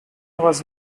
was